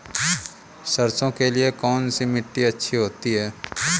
सरसो के लिए कौन सी मिट्टी अच्छी होती है?